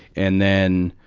and, then,